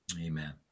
Amen